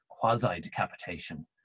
quasi-decapitation